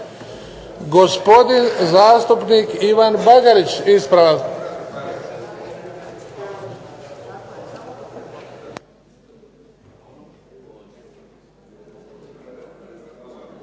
Gospodin zastupnik Ivan Bagarić, ispravak.